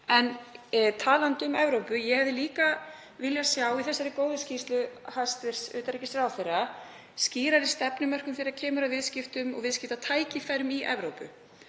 En talandi um Evrópu hefði ég líka viljað sjá í þessari góðu skýrslu hæstv. utanríkisráðherra skýrari stefnumörkun þegar kemur að viðskiptum og viðskiptatækifærum í Evrópu.